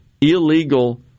illegal